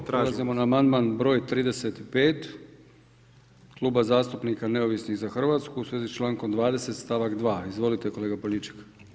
Prelazimo na amandman broj 35 Kluba zastupnika Neovisnih za Hrvatsku u svezi s člankom 20. stavak 2. Izvolite kolega Poljičak.